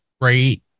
great